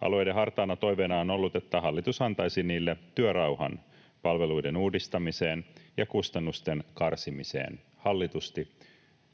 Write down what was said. Alueiden hartaana toiveena on ollut, että hallitus antaisi niille työrauhan palveluiden uudistamiseen ja kustannusten karsimiseen hallitusti